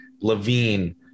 Levine